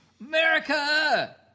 America